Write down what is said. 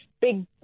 big